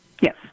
Yes